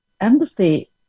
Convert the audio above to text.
Empathy